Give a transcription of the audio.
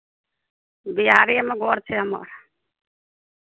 बिहारेमे घर छै हमर